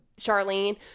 Charlene